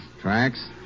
Tracks